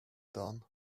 done